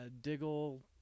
Diggle